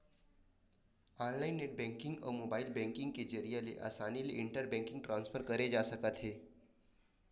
online net banking अउ mobile banking के जरिए असानी ले इंटर बेंकिंग ट्रांसफर करे जा सकत हे